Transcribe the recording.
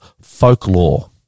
folklore